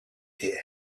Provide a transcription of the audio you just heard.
hear